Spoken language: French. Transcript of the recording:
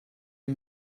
une